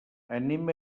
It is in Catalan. anem